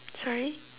sorry